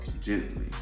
gently